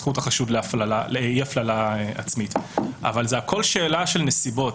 החשוד לאי הפללה עצמית אבל זאת הכול שאלה של נסיבות.